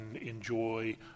enjoy